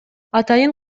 атайын